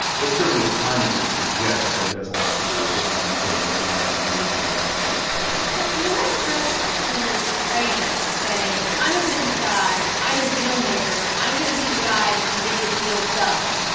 but certainly, the timing would suggest that it has a lot to do with what we've been seeing every night on the news for the last three-plus weeks and you have a president who ran saying, i'm a business guy. i'm a dealmaker. i'm going to be the guy that can get the deals done.